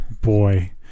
Boy